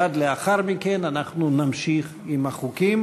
ומייד לאחר מכן נמשיך עם החוקים.